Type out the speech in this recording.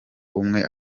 umwe